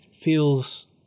feels